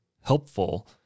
helpful